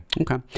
okay